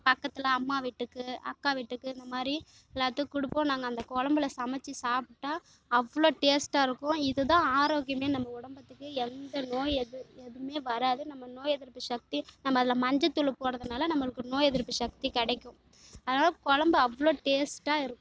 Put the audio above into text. பக்கத்தில் அம்மா வீட்டுக்கு அக்கா வீட்டுக்கு இந்தமாதிரி எல்லாத்துக்கும் கொடுப்போம் நாங்கள் அந்த குழம்புல சமைச்சி சாப்பிட்டா அவ்வளோ டேஸ்ட்டாயிருக்கும் இதுதான் ஆரோக்கியம் நம்ம ஒடம்புத்துக்கு எந்த நோய் எது எதுவுமே வராது நம்ம நோய் எதிர்ப்பு சக்தி நம்ம அதில் மஞ்சத்தூள் போடுறதுனால நம்மளுக்கு நோய் எதிர்ப்பு சக்தி கிடைக்கும் அதனால குழம்பு அவ்வளோ டேஸ்ட்டாக இருக்கும்